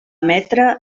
emetre